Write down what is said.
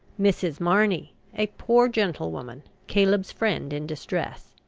mrs. marney, a poor gentlewoman, caleb's friend in distress.